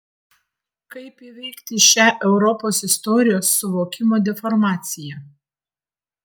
kaip įveikti šią europos istorijos suvokimo deformaciją